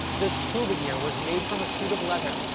the scuba gear was made from a suit of leather,